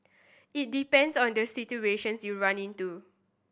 it depends on the situations you run into